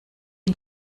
ihn